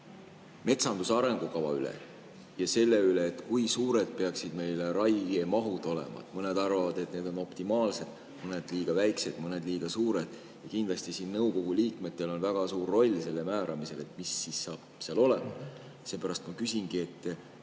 metsanduse arengukava üle ja selle üle, kui suured peaksid meil raiemahud olema. Mõned arvavad, et need on optimaalsed, mõned, et liiga väikesed, mõned, et liiga suured. Kindlasti nõukogu liikmetel on väga suur roll selle määramisel, mis siis saab seal olema.